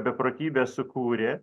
beprotybę sukūrė